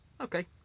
Okay